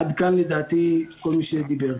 עד כאן, לדעתי, כל מי שדיבר.